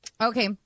Okay